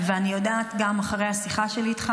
ואני גם יודעת אחרי השיחה שלי איתך